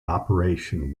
operation